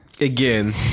Again